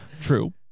true